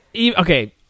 Okay